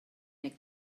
make